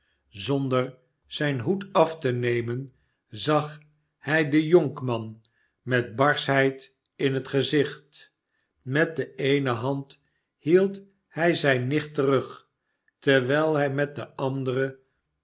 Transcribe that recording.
zonder zijn hoed af te nemen zag hij den jonkman met barschheid in het gezicht met de eene hand hield hij zijne nicht terug terwijl hij met de andere